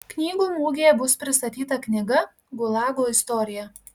knygų mugėje bus pristatyta knyga gulago istorija